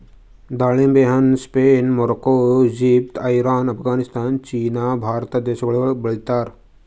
ದಾಳಿಂಬೆ ಹಣ್ಣ Spain, Morocco, Egypt, Iran, Afghanistan, China ಮತ್ತ ಭಾರತ ದೇಶಗೊಳ್ದಾಗ್ ಬೆಳಿತಾರ್